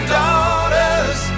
daughters